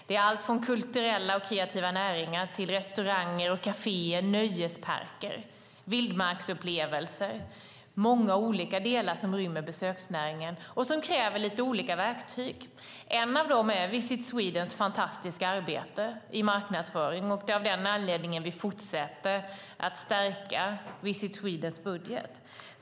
Det är alltifrån kulturella och kreativa näringar till restauranger, kaféer, nöjesparker och olika vildmarksupplevelser - många olika delar som rymmer besöksnäringen och som kräver lite olika verktyg. Ett av dem är Visit Swedens fantastiska arbete med marknadsföring. Det är av den anledningen som vi fortsätter att stärka Visit Swedens budget.